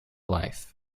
life